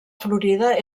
florida